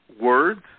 words